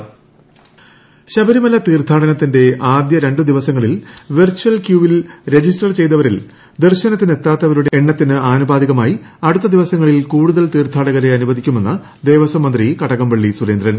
കടകംപള്ളി സുരേന്ദ്രൻ ശബരിമല തീർഥാടനത്തിന്റെ ആദ്യ രണ്ടു ദിവസങ്ങളിൽ വെർച്ചൽ ക്യൂവിൽ രജിസ്റ്റർ ചെയ്തവരിൽ ദർശനത്തിന് എത്താത്തവരുടെ എണ്ണത്തിന് ആനുപാതികമായി അടുത്ത ദിവസങ്ങളിൽ കൂടുതൽ തീർത്ഥാടകരെ അനുവദിക്കുമെന്ന് ദേവസ്വം മന്ത്രി കടകംപള്ളി സുരേന്ദ്രൻ